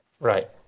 right